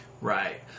Right